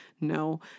no